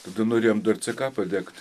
tada norėjome dar ck padegti